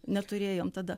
neturėjom tada